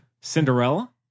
Cinderella